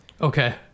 Okay